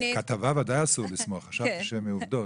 על כתבה בוודאי אסור לסמוך, חשבתי שמעובדות.